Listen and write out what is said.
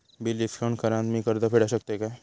Bill discount करान मी कर्ज फेडा शकताय काय?